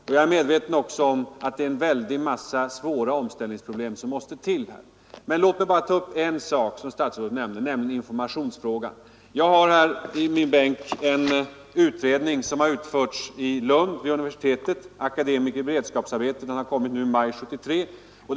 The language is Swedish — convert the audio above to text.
Jag är också medveten om att det finns en väldig mängd svåra omställningsproblem som måste lösas. Låt mig bara ta upp en sak som statsrådet nämnde, nämligen informationsfrågan. Jag har här i min bänk en utredning som har utförts vid universitetet i Lund, ”Akademiker i beredskapsarbeten” som har utkommit nu i maj 1973.